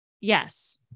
Yes